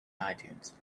itunes